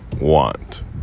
want